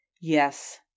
Yes